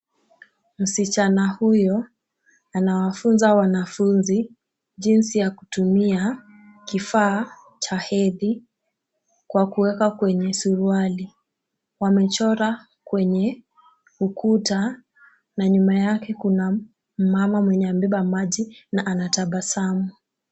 Msichana huyo anawafunza wanafunzi jinsi ya kutumia kifaa cha hedhi kwa kuweka kwenye suruali. Wamechora kwenye ukuta na nyuma yake kuna mmama ambaye amebeba maji na anatabasamu .